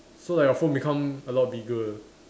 so like your phone become a lot bigger